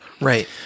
Right